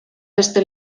beste